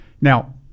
now